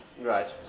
Right